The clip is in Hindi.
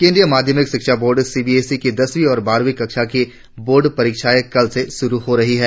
केंद्रीय माध्यमिक शिक्षा board C B S E के दसवीं और बारहवीं कक्षाओं की बोर्ड परीक्षायें कल से शुरु हो रही है